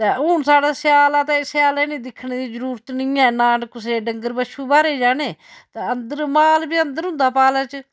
ते हून साढ़ा स्याला ते स्यालै इन्नी दिक्खनी दी जरूरत नी ऐ ना कुसै दे डंगर बच्छू बाह्रे गी जाने ते अंदर माल बी अंदर होंदा पाले च